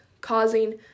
Causing